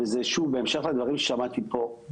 וזה שוב בהמשך לדברים ששמעתי פה,